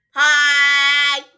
Hi